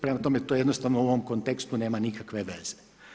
Prema tome, to jednostavno u ovom kontekstu nema nikakve veze.